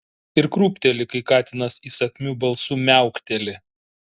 ir krūpteli kai katinas įsakmiu balsu miaukteli